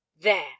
There